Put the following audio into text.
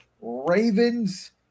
Ravens